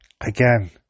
again